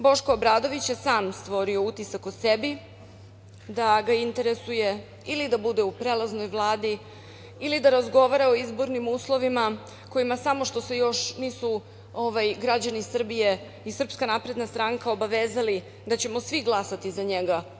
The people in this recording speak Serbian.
Boško Obradović je sam stvorio utisak o sebi da ga interesuje da bude u prelaznoj vladi ili da razgovara o izbornim uslovima kojima samo što se nisu građani Srbije i SNS obavezali da ćemo svi glasati za njega.